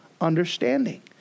understanding